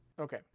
Okay